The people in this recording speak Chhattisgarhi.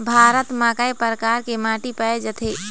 भारत म कय प्रकार के माटी पाए जाथे?